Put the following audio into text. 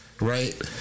right